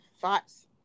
thoughts